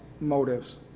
motives